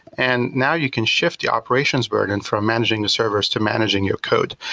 and now you can shift the operations burden from managing the servers to managing your code.